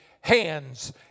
hands